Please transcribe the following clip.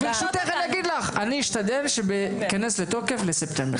אני אשתדל שזה ייכנס לתוקף בספטמבר.